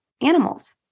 animals